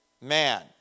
man